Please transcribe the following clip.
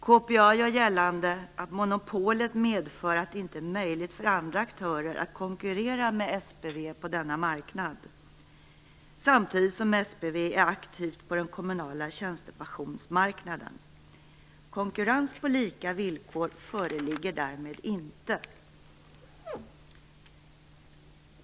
KPA gör gällande att monopolet medför att det inte är möjligt för andra aktörer att konkurrera med SPV på denna marknad samtidigt som SPV är aktivt på den kommunala tjänstepensionsmarknaden. Konkurrens på lika villkor föreligger därmed inte.